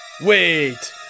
Wait